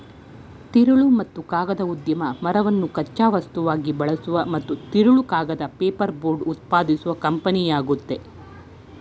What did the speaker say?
ತಿರುಳು ಮತ್ತು ಕಾಗದ ಉದ್ಯಮ ಮರನ ಕಚ್ಚಾ ವಸ್ತುವಾಗಿ ಬಳಸುವ ಮತ್ತು ತಿರುಳು ಕಾಗದ ಪೇಪರ್ಬೋರ್ಡ್ ಉತ್ಪಾದಿಸುವ ಕಂಪನಿಯಾಗಯ್ತೆ